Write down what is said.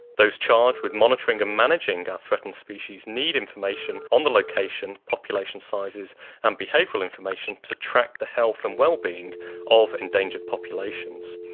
those charged with monitoring and managing our threatened species need information on the location, population sizes and behavioural information to track the health and wellbeing of endangered populations.